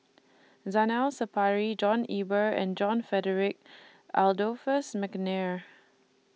Zainal Sapari John Eber and John Frederick Adolphus Mcnair